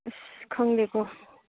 ꯑꯁ ꯈꯪꯗꯦꯀꯣ